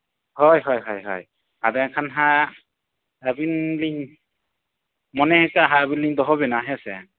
ᱦᱳᱭ ᱦᱳᱭ ᱦᱳᱭ ᱟᱫᱚ ᱮᱱᱠᱷᱟᱱ ᱦᱟᱸᱜ ᱟᱹᱵᱤᱱ ᱞᱤᱧ ᱢᱚᱱᱮᱭᱟᱠᱟᱜᱼᱟ ᱟᱹᱵᱤᱱ ᱞᱤᱧ ᱫᱚᱦᱚ ᱵᱮᱱᱟ ᱦᱮᱸᱥᱮ